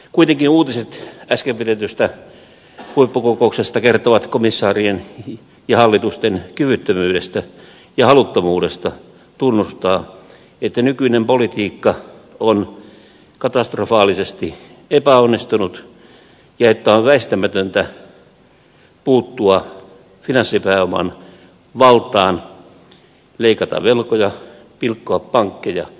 kuitenkin uutiset äsken pidetystä huippukokouksesta kertovat komissaa rien ja hallitusten kyvyttömyydestä ja haluttomuudesta tunnustaa että nykyinen politiikka on katastrofaalisesti epäonnistunut ja että on väistämätöntä puuttua finanssipääoman valtaan leikata velkoja pilkkoa pankkeja ja luoda sääntelyä